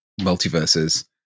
multiverses